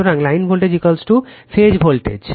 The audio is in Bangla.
সুতরাং লাইন ভোল্টেজ ফেজ ভোল্টেজ